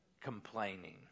complaining